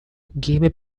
gimme